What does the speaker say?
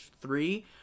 three